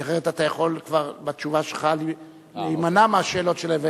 כי אחרת אתה יכול כבר בתשובה שלך להימנע מהשאלות שלהם,